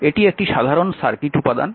এটি একটি সাধারণ সার্কিট উপাদান